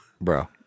bro